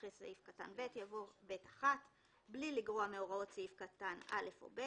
אחרי סעיף קטן (ב) יבוא: "(ב1)בלי לגרוע מהוראות סעיף קטן (א) או (ב),